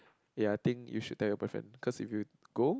ya I think you should tell your boyfriend cause if you go